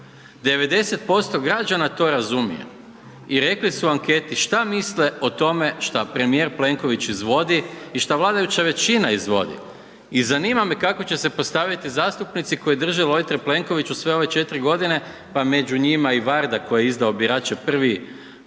90% građana to razumije i rekli su u anketi što misle o tome što premijer Plenković izvodi i što vladajuća većina izvodi. I zanima me kako će se postaviti zastupnici koji drže lojtre Plenkoviću sve ove 4 godine, pa među njima i Varda koji je izdao birače prvi,